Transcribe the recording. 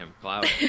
cloud